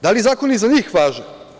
Da li zakoni za njih važe?